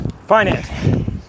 finance